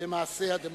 במעשה הדמוקרטיה.